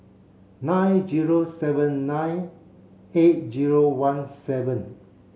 nine zero seven nine eight zero one seven